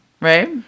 Right